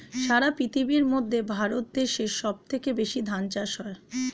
সারা পৃথিবীর মধ্যে ভারত দেশে সব থেকে বেশি ধান চাষ হয়